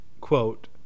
quote